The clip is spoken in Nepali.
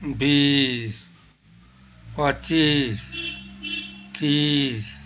बिस पच्चिस तिस